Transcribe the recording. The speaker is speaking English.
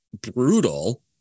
brutal